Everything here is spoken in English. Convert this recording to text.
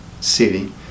city